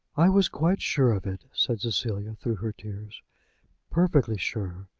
i was quite sure of it, said cecilia, through her tears perfectly sure.